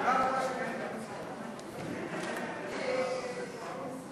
מסדר-היום את הצעת חוק זכויות נפגעי עבירה (תיקון,